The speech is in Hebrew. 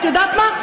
את יודעת מה,